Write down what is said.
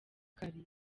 kare